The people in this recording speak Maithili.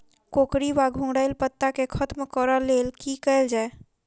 कोकरी वा घुंघरैल पत्ता केँ खत्म कऽर लेल की कैल जाय?